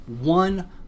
One